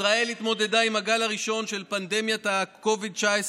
ישראל התמודדה עם הגל הראשון של פנדמיית ה-COVID-19,